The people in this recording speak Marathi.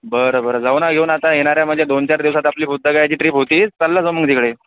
बरं बरं जाऊ ना घेऊन आता येणाऱ्या म्हणजे दोन चार दिवसात आपली बुध्दगयाची ट्रिप होतीच चालला जाऊ मग तिकडे